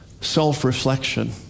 self-reflection